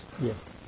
yes